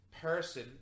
person